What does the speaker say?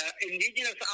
Indigenous